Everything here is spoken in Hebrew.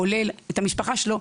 כולל את המשפחה שלו,